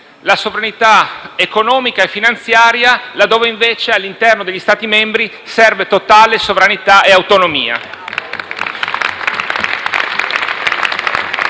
la sovranità economica e finanziaria, laddove invece all'interno degli Stati membri servono totale sovranità e autonomia.